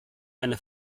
eine